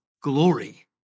glory